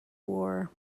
war